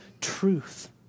truth